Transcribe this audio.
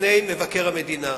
מפני מבקר המדינה.